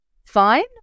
fine